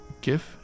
gift